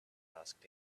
asked